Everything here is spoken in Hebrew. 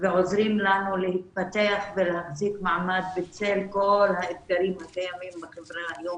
ועוזרים לנו להתפתח ולהחזיק מעמד בצל כל האתגרים הקיימים בחברה היום,